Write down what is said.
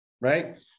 right